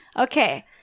Okay